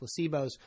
placebos